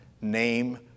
name